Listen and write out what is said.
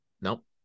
Nope